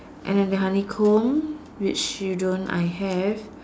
and then the honeycomb which you don't I have